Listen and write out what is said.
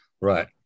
right